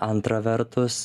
antra vertus